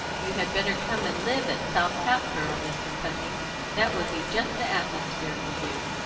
you had better come and live at south hatboro', mr. putney that would be just the atmosphere for you,